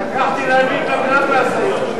שכחתי להביא את המְלַבַּס היום.